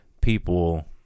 people